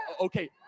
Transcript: Okay